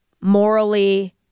morally